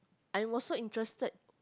I'm also interested